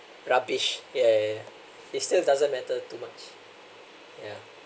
rubbish yeah yeah yeah it still doesn't matter too much yeah